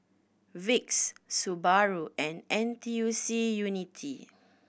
Vicks Subaru and N T U C Unity